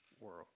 world